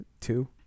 Two